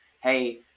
hey